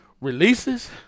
Releases